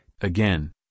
Again